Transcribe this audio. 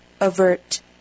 Avert